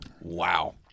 Wow